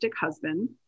husband